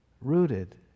rooted